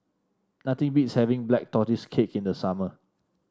nothing beats having Black Tortoise Cake in the summer